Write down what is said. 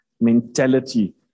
mentality